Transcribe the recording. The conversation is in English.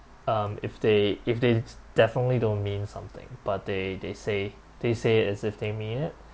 um if they if they th~ definitely don't mean something but they they say they say as if they mean it